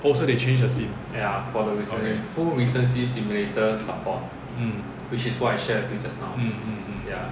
oh so they change the sim okay mm mm mm